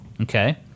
Okay